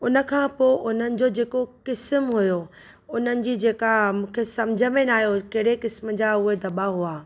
उन खां पो हुननि जो जेको क़िसमु हुयो हुननि जी जेका मूंखे समझ में न आयो कहिड़े किसम जा उहे दॿा हुआ